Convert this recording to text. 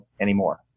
anymore